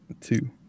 Two